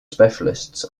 specialists